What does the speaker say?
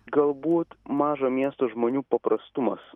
galbūt mažo miesto žmonių paprastumas